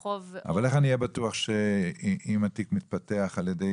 איך אני אהיה בטוח אם התיק מתפתח על ידי